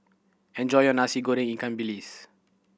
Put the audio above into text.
enjoy your Nasi Goreng ikan bilis